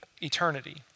eternity